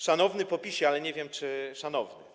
Szanowny PO-PiS-ie, ale nie wiem, czy szanowny.